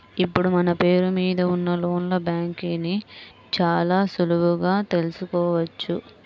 ఇప్పుడు మన పేరు మీద ఉన్న లోన్ల బాకీని చాలా సులువుగా తెల్సుకోవచ్చు